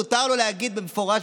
מותר לו להגיד במפורש,